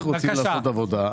אנחנו רוצים לעשות עבודה,